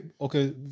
okay